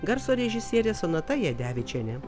garso režisierė sonata jadevičienė